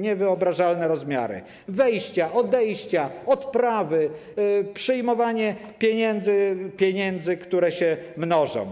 niewyobrażalne rozmiary: wejścia, odejścia odprawy, przyjmowanie pieniędzy, które się mnożą.